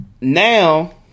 now